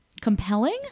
compelling